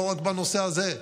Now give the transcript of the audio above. לא רק בנושא הזה,